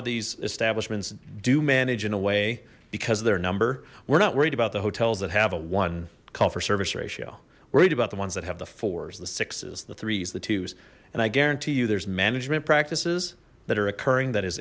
of these establishments do manage in a way because they're number we're not worried about the hotels that have a one call for service ratio worried about the ones that have the fours the sixes the threes the twos and i guarantee you there's management practices that are occurring that is